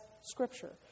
Scripture